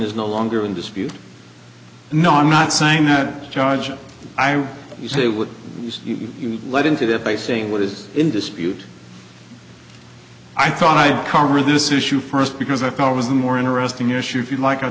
is no longer in dispute no i'm not saying that judge i was led into that by saying what is in dispute i thought i'd cover this issue first because i thought it was a more interesting issue if you like